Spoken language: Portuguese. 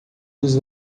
dos